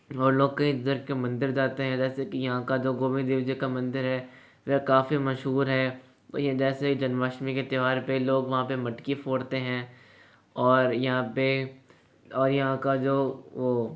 और लोग के इधर के मंदिर जाते हैं जैसे कि यहाँ का जो गोविंद देव जी का मंदिर है वह काफ़ी मशहूर है तो ये जैसे जन्माष्टमी के त्यौहार पे लोग वहाँ पे मटकी फ़ोड़ते हैं और यहाँ पे और यहाँ का जो वो